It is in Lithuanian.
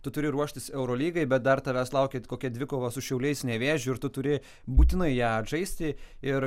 tu turi ruoštis eurolygai bet dar tavęs laukia kokia dvikova su šiauliais nevėžiu ir tu turi būtinai ją atžaisti ir